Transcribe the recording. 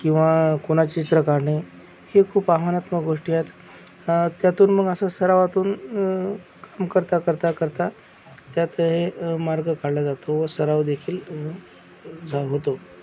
किंवा कुणाचे चित्र काढणे हे खूप आव्हानात्मक गोष्टी आहेत त्यातून मग असं सरावातून काम करता करता करता त्यात हे मार्ग काढला जातो सरावदेखील झ् होतो